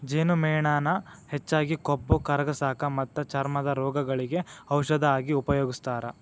ಜೇನುಮೇಣಾನ ಹೆಚ್ಚಾಗಿ ಕೊಬ್ಬ ಕರಗಸಾಕ ಮತ್ತ ಚರ್ಮದ ರೋಗಗಳಿಗೆ ಔಷದ ಆಗಿ ಉಪಯೋಗಸ್ತಾರ